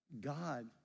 God